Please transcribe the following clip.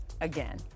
again